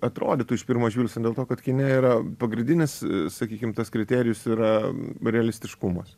atrodytų iš pirmo žvilgsnio dėl to kad kine yra pagrindinis sakykime tas kriterijus yra realistiškumas